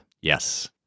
Yes